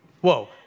Whoa